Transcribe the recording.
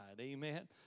Amen